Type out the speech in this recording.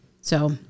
So-